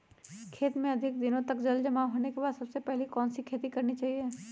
खेत में अधिक दिनों तक जल जमाओ होने के बाद सबसे पहली कौन सी खेती करनी चाहिए?